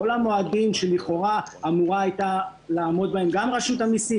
כל המועדים שלכאורה אמורה הייתה לעמוד בהם גם רשות המיסים,